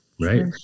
right